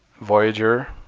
voyager.